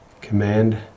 Command